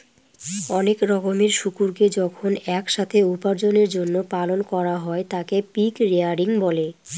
অনেক রকমের শুকুরকে যখন এক সাথে উপার্জনের জন্য পালন করা হয় তাকে পিগ রেয়ারিং বলে